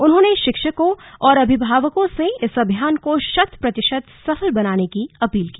उन्होंने शिक्षकों और अभिवाकों से इस अभियान को शत प्रतिशत सफल बनाने की अपील की